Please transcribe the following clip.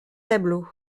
tableaux